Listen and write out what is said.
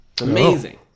amazing